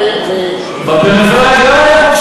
היא שאלה אותי למה בפריפריה, אל תסביר לה.